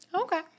Okay